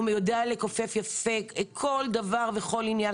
הוא יודע לכופף יפה כל דבר וכל עניין,